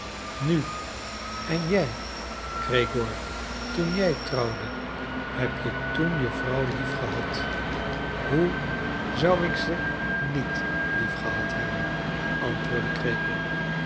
nu en jij gregoor toen jij trouwde heb je toen je vrouw lief gehad hoe zou ik ze niet lief gehad hebben antwoordde gregoor